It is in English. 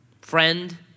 Friend